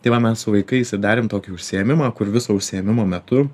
tai va mes su vaikais ir darėm tokį užsiėmimą kur viso užsiėmimo metu